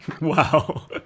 Wow